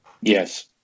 Yes